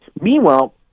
Meanwhile